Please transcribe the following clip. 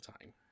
time